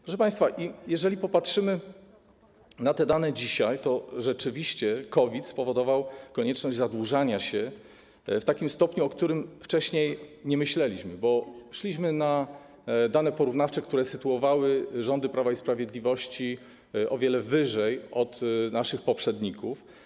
Proszę państwa, jeżeli popatrzymy na te dane dzisiaj, to rzeczywiście COVID spowodował konieczność zadłużania się w takim stopniu, o którym wcześniej nie myśleliśmy, bo działaliśmy według danych porównawczych, które sytuowały rządy Prawa i Sprawiedliwości o wiele wyżej od naszych poprzedników.